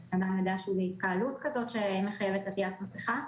איך אדם יידע שהוא בהתקהלות כזו שמחייבת עטיית מסכה,